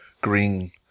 green